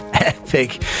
Epic